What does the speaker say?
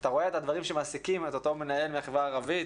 אתה רואה את הדברים שמעסקים את אותו מנהל מהחברה הערבית,